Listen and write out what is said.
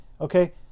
Okay